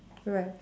alright